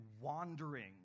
wandering